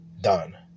done